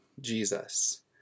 Jesus